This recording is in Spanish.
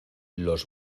los